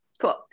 Cool